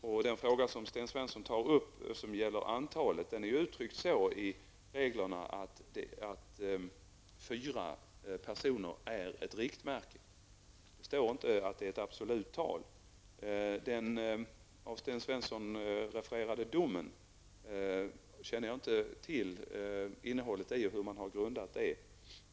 Den bestämmelse som Sten Svensson tar upp och som gäller antalet är uttryckt så att fyra personer är ett riktmärke. Det står inte att det är ett absolut tal. Den av Sten Svensson refererade domen känner jag inte till innehållet i och vad den grundas på.